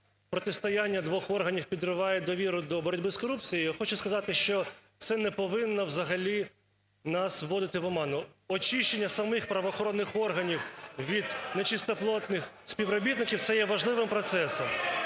протистояння двох органів підриває довіру до боротьби з корупцією. Я хочу сказати, що це не повинно взагалі нас вводити в оману. Очищення самих правоохоронних органів від нечистоплотних співробітників – це є важливим процесом.